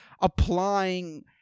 applying